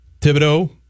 Thibodeau